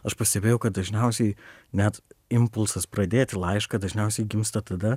aš pastebėjau kad dažniausiai net impulsas pradėti laišką dažniausiai gimsta tada